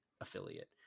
affiliate